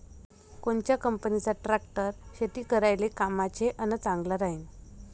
कोनच्या कंपनीचा ट्रॅक्टर शेती करायले कामाचे अन चांगला राहीनं?